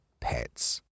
Pets